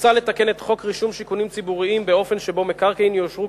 מוצע לתקן את חוק רישום שיכונים ציבוריים באופן שבו מקרקעין יאושרו